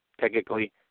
technically